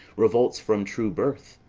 revolts from true birth,